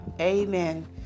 Amen